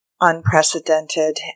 unprecedented